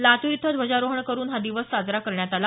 लातूर इथं ध्वजारोहण करून हा दिवस साजरा करण्यात आला